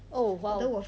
oh !wow!